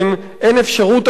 אין אפשרות אמיתית,